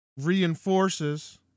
reinforces